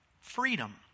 freedom